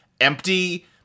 empty